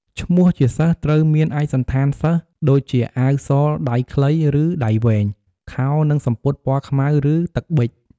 ឈ្នោះជាសិស្សត្រូវមានឯកសណ្ឋានសិស្ស ដូចជាអាវសដៃខ្លីឬដៃវែង ខោនិងសំពត់ពណ៌ខ្មៅឬទឹកប៊ិច។